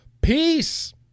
peace